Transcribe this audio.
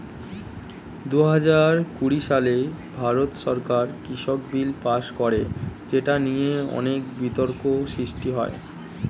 দুহাজার কুড়ি সালে ভারত সরকার কৃষক বিল পাস করে যেটা নিয়ে অনেক বিতর্ক সৃষ্টি হয়